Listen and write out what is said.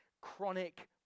chronic